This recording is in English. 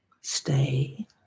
Stay